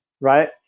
right